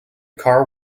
car